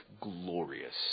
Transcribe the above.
glorious